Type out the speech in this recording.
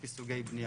לפי סוגי בנייה.